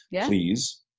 please